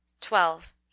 twelve